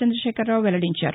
చంద్రశేఖరరావు వెల్లడించారు